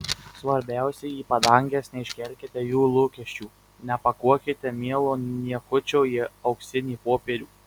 svarbiausia į padanges neiškelkite jų lūkesčių nepakuokite mielo niekučio į auksinį popierių